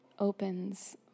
opens